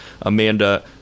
Amanda